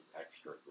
extra